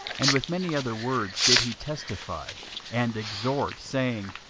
and with many other words did he testify and exhort, saying,